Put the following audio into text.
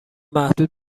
محدود